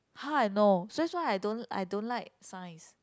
how I know that's why I don't I don't like science